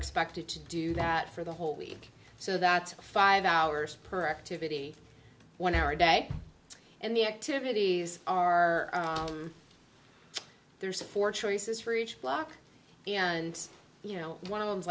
expected to do that for the whole week so that five hours per activity one hour a day and the activities are there's four choices for each block and you know one of th